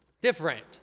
different